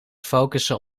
focussen